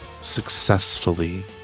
successfully